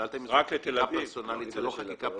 זאת לא חקיקה פרסונלית.